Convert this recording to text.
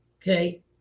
Okay